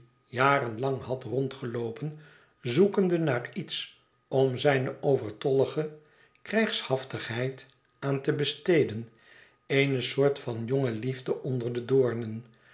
lang had i'ondgeloopen zoekende naar iets om zijne overtollige krijgshaftigheid aan te besteden eene soort van jonge liefde onder de doornen